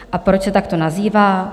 A proč se takto nazývá?